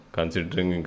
Considering